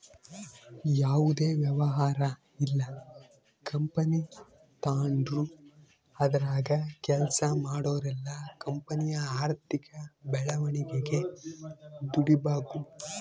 ಯಾವುದೇ ವ್ಯವಹಾರ ಇಲ್ಲ ಕಂಪನಿ ತಾಂಡ್ರು ಅದರಾಗ ಕೆಲ್ಸ ಮಾಡೋರೆಲ್ಲ ಕಂಪನಿಯ ಆರ್ಥಿಕ ಬೆಳವಣಿಗೆಗೆ ದುಡಿಬಕು